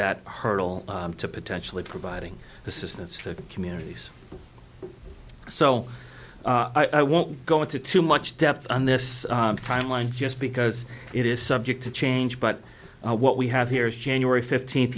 that hurdle to potentially providing assistance to communities so i won't go into too much depth on this timeline just because it is subject to change but what we have here is january fifteenth